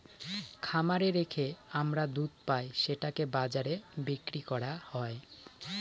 খামারে রেখে আমরা দুধ পাই সেটাকে বাজারে বিক্রি করা হয়